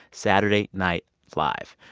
saturday night live.